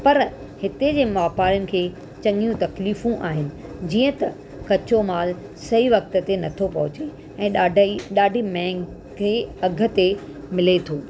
पर हिते जे वापारियुनि खे चङियूं तकलीफ़ूं आहिनि जीअं त कचो मालु सही वक़्त ते नथो पहुचे ऐं ॾाढाई ॾाढी महांगाई अघ ते मिले थो